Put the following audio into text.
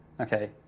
Okay